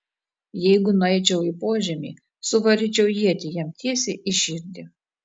jeigu nueičiau į požemį suvaryčiau ietį jam tiesiai į širdį